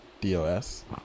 DOS